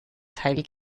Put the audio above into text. teil